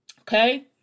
Okay